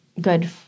good